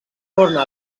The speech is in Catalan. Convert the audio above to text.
torna